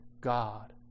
God